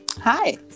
Hi